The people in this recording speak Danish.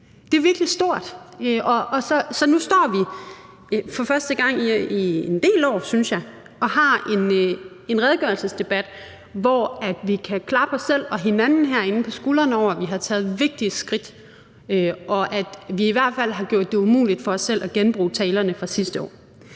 Det er virkelig stort. Så nu står vi for første gang i en del år, synes jeg, og har en redegørelsesdebat, hvor vi kan klappe os selv og hinanden herinde på skuldrene over, at vi har taget vigtige skridt, og at vi i hvert fald har gjort det umuligt for os selv at genbruge talerne fra sidste år.